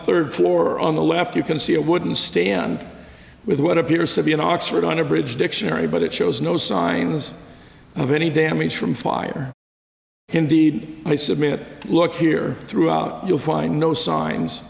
third floor on the left you can see a wooden stand with what appears to be an oxford unabridged dictionary but it shows no signs of any damage from fire indeed i submit look here throughout you'll find no signs